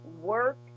work